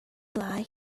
lie